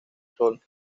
sol